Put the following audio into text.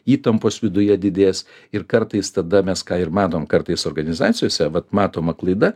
įtampos viduje didės ir kartais tada mes ką ir matom kartais organizacijose vat matoma klaida